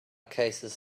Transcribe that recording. cases